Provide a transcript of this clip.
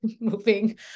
moving